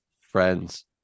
friends